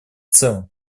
целом